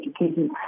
education